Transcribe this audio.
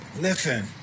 Listen